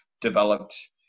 developed